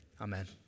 Amen